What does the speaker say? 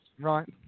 Right